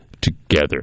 together